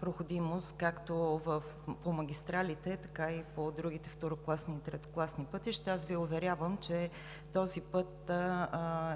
проходимост както по магистралите, така и по другите второкласни и третокласни пътища. Аз Ви уверявам, че този път